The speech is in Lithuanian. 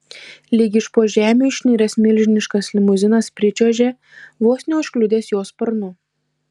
lyg iš po žemių išniręs milžiniškas limuzinas pričiuožė vos neužkliudęs jo sparnu